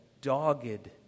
dogged